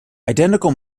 identical